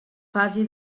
fase